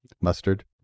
Mustard